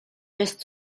jest